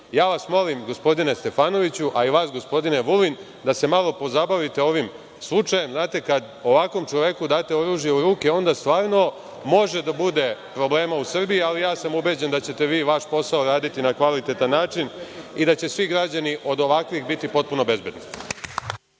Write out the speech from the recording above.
vas, gospodine Stefanoviću i vas gospodine Vulin, da se malo pozabavite ovim slučajem. Znate, kad ovakvom čoveku date oružje u ruke, onda stvarno može da bude problema u Srbiji, ali ubeđen sam da ćete vi vaš posao raditi na kvalitetan način i da će svi građani od ovakvih biti potpuno bezbedni.